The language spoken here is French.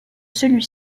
celui